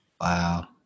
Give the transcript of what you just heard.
Wow